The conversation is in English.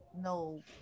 no